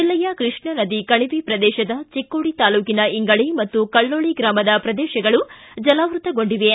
ಜಿಲ್ಲೆಯ ಕೃಷ್ಣ ನದಿ ಕಣಿವೆ ಪ್ರದೇಶದ ಚಿಕ್ಕೋಡಿ ತಾಲೂಕಿನ ಇಂಗಳ ಮತ್ತು ಕಳ್ಳೊಳ್ಳ ಗ್ರಾಮದ ಪ್ರದೇಶಗಳು ಜಲಾವೃತಗೊಂಡಿವೆ